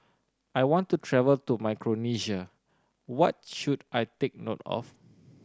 I want to travel to Micronesia what should I take note of